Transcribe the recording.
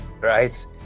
right